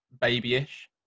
babyish